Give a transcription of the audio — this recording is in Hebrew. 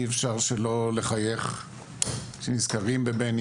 אי אפשר שלא לחייך כשנזכרים בבני,